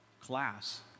class